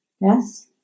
Yes